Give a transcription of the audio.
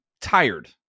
tired